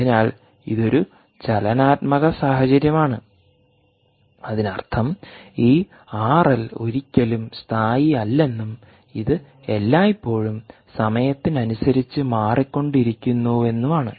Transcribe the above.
അതിനാൽ ഇത് ഒരു ചലനാത്മക സാഹചര്യമാണ് അതിനർത്ഥം ഈ ആർഎൽ ഒരിക്കലും സ്ഥായി അല്ലെന്നും ഇത് എല്ലായ്പ്പോഴും സമയത്തിനനുസരിച്ച് മാറിക്കൊണ്ടിരിക്കുന്നുവെന്നും ആണ്